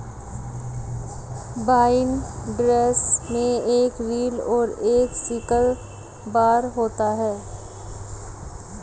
binders में एक reel और एक सिकल बार होता है